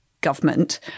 government